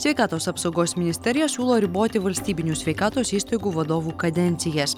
sveikatos apsaugos ministerija siūlo riboti valstybinių sveikatos įstaigų vadovų kadencijas